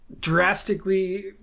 drastically